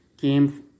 came